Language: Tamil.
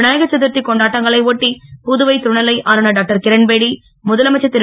விநாயகர் சதுர்த்தி கொண்டாட்டங்களை ஒட்டி புதுவை துணைநிலை ஆளுனர் டாக்டர்கிரண்பேடி முதலமைச்சர் திரு